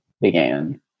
began